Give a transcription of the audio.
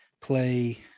play